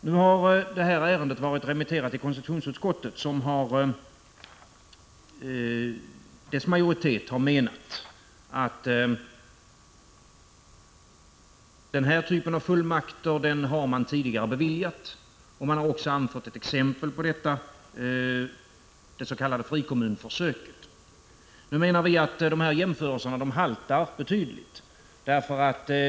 Ärendet har varit remitterat till konstitutionsutskottet, och dess majoritet har menat att den här typen av fullmakter har beviljats tidigare. Man har också anfört ett exempel på det: det s.k. frikommunsförsöket. Vi menar att jämförelserna haltar betydligt.